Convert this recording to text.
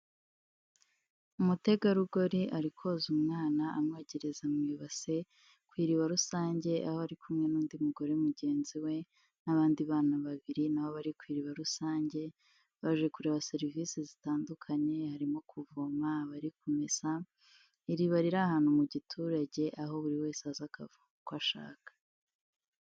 Umutegarugori ari koza umwana, amwogereza mu ibase ku iriba rusange aho ari kumwe n'undi mugore mugenzi we n'abandi bana babiri na bo bari ku iriba rusange, baje kureba serivise zitandukanye harimo kuvoma, abari kumesa, iriba riri ahantu mu giturage aho buri wese aza akavoma uko ashaka.